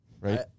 right